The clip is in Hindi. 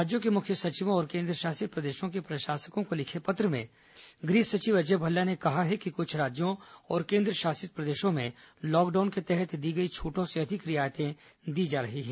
राज्यों के मुख्य सचिवों और केन्द्रशासित प्रदेशों के प्रशासकों को लिखे पत्र में गृह सचिव अजय भल्ला ने कहा है कि कुछ राज्यों और केन्द्रशासित प्रदेशों में लॉकडाउन के तहत दी गई छूटों से अधिक रियायतें दी जा रही हैं